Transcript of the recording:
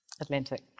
Atlantic